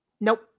nope